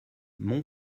mon